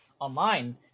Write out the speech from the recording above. online